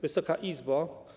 Wysoka Izbo!